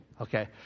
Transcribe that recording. Okay